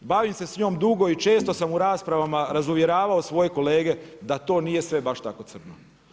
Bavim se s njom dugo i često sam u raspravama razuvjeravao svoje kolege da to nije sve baš tako crno.